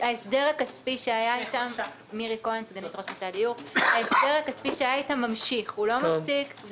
ההסדר הכספי שהיה איתם ממשיך, הוא לא מפסיק.